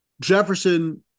jefferson